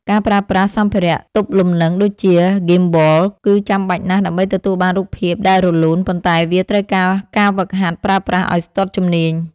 ការប្រើប្រាស់សម្ភារៈទប់លំនឹងដូចជា ហ្គីមបល គឺចាំបាច់ណាស់ដើម្បីទទួលបានរូបភាពដែលរលូន ប៉ុន្តែវាត្រូវការការហ្វឹកហាត់ប្រើប្រាស់ឱ្យស្ទាត់ជំនាញ។